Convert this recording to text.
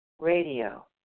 radio